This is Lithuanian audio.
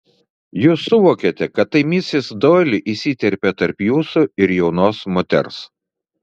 jūs suvokėte kad tai misis doili įsiterpė tarp jūsų ir jaunos moters